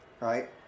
Right